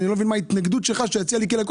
אני לא מבין מה ההתנגדות שלך לכך שיציע לי כלקוח.